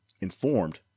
informed